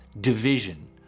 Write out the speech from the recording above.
Division